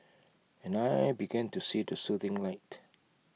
and I began to see the soothing light